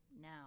now